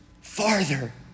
farther